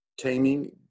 taming